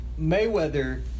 Mayweather